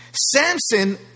Samson